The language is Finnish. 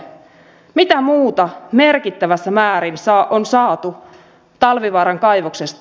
mitä muuta merkittävässä määrin on saatu talvivaaran kaivoksesta